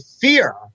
fear